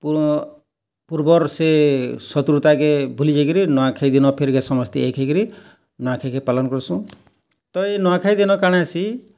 ପୂର୍ବର୍ ସେ ଶତ୍ରୁତାକେ ଭୁଲିଯାଇକିରି ନୂଆଖାଇ ଦିନ ସମସ୍ତେ ଏକ୍ ହେଇକରି ନାଚିକି ପାଲନ୍ କରସୁଁ ତ ଏଇ ନୂଆଖାଇ ଦିନ କାଣା ହେଷୀ